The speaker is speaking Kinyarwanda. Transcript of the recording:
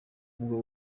ubwo